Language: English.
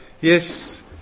Yes